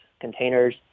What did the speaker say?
containers